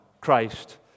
Christ